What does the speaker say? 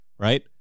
Right